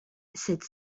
cette